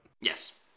yes